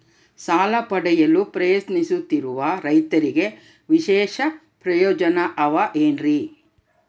ಸಾಲ ಪಡೆಯಲು ಪ್ರಯತ್ನಿಸುತ್ತಿರುವ ರೈತರಿಗೆ ವಿಶೇಷ ಪ್ರಯೋಜನ ಅವ ಏನ್ರಿ?